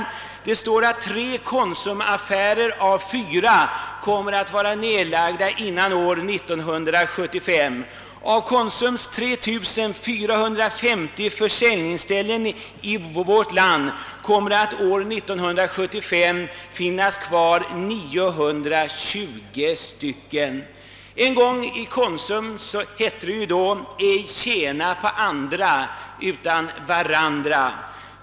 Det står att tre konsumaffärer av fyra kommer att vara nedlagda före år 1975. Av konsums 3 450 försäljningsställen i vårt land kommer det år 1975 att finnas kvar endast 920. En gång använde ju Konsum en slogan som gick ut på att »ej tjäna på andra men tjäna varandra».